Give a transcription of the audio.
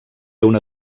una